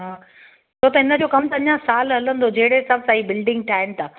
हा छो त हिनजो कमु त अञा सालु हलंदो जेड़े हिसाब सां हीअ बिल्डिंग ठाहिण था